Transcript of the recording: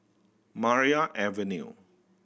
Maria Avenue